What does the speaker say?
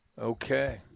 Okay